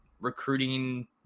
recruiting